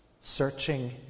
searching